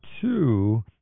two